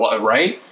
Right